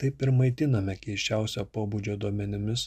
taip ir maitiname keisčiausio pobūdžio duomenimis